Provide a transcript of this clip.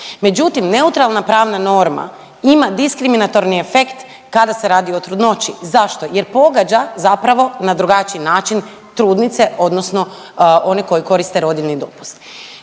međutim, neutralna pravna norma diskriminatorni efekt kada se radi o trudnoći. Zašto? Jer pogađa zapravo na drugačiji način trudnice odnosno one koje koriste rodiljni dopust.